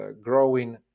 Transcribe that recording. growing